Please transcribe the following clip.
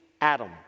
Adam